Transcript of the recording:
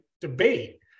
debate